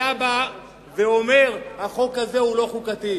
אתה בא ואומר: החוק הזה הוא לא חוקתי.